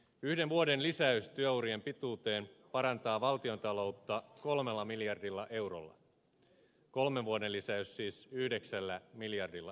yhden vuoden lisäys työurien pituuteen parantaa valtiontaloutta kolmella miljardilla eurolla kolmen vuoden lisäys siis yhdeksällä miljardilla eurolla